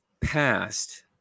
past